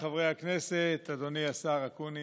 הכנסת, אדוני השר אקוניס,